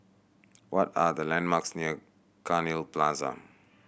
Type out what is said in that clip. what are the landmarks near Cairnhill Plaza